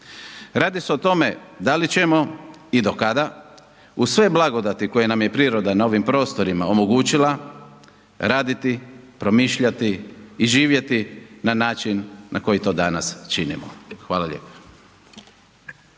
Radi se o tome da li ćemo i do kada uz sve blagodati koje nam je priroda na ovim prostorima omogućila, raditi, promišljati i živjeti na način na koji to danas činimo. Hvala lijepo.